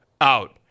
Out